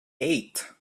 eight